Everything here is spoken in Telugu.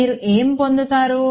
మీరు ఏమి పొందుతారు